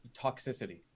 toxicity